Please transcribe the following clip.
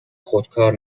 خودکار